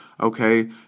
Okay